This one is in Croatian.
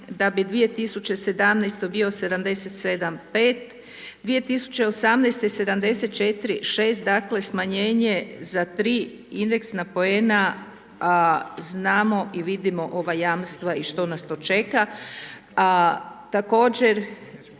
da bi 2017. bio 77,5, 2018. 74,6 dakle smanjenje za tri indeksna poena znamo i vidimo ova jamstva i što nas to čeka. Također